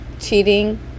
cheating